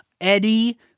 Eddie